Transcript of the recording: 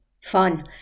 fun